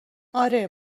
آره